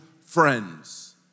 friends